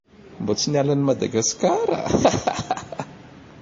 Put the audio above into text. Mbô tsy niala an'i Madagasikara.